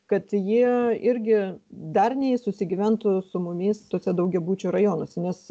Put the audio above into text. kad jie irgi darniai susigyventų su mumis tuose daugiabučių rajonuose nes